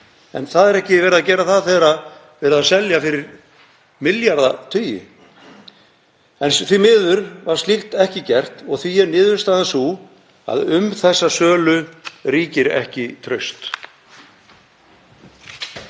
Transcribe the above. En það er ekki gert þegar verið er að selja fyrir milljarða tugi króna. Því miður var slíkt ekki gert og því er niðurstaðan sú að um þessa sölu ríkir ekki traust.